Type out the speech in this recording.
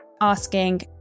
asking